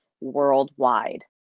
worldwide